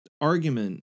argument